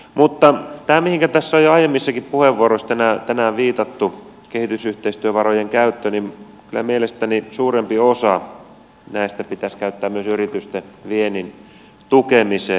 mutta tämä mihinkä tässä on jo aiemmissakin puheenvuoroissa tänään viitattu kehitysyhteistyövarojen käyttö niin kyllä mielestäni suurempi osa näistä pitäisi käyttää myös yritysten viennin tukemiseen